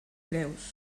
greus